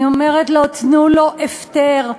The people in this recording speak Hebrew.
אני אומרת: תנו לו הפטר,